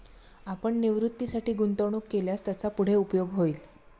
आपण निवृत्तीसाठी गुंतवणूक केल्यास त्याचा पुढे उपयोग होईल